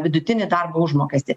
vidutinį darbo užmokestį